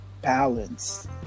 balance